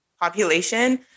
population